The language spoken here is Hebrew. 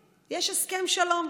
יש הסכם שלום,